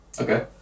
Okay